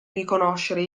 riconoscere